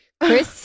Chris